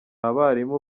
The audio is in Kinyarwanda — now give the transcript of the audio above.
abarimu